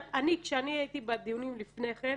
כשאני הייתי בדיונים לפני כן,